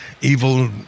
evil